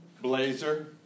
Blazer